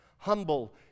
Humble